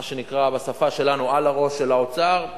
מה שנקרא בשפה שלנו: על הראש של האוצר,